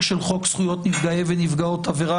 של חוק זכויות נפגעי ונפגעות עבירה,